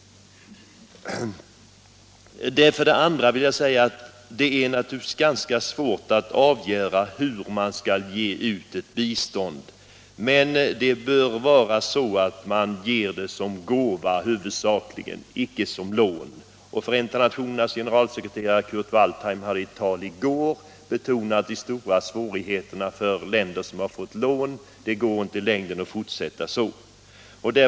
För det andra vill jag säga att det naturligtvis är ganska svårt att avgöra hur man skall ge bistånd, men det bör ges huvudsakligen som gåva och icke som lån. Förenta nationernas generalsekreterare Kurt Waldheim betonade i ett tal i går de stora svårigheterna för länder som fått lån. Det går inte i längden att fortsätta så.